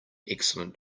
excellent